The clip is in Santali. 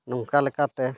ᱱᱚᱝᱠᱟ ᱞᱮᱠᱟᱛᱮ